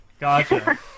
Gotcha